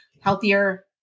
healthier